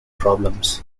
problems